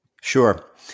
Sure